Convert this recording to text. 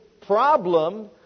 problem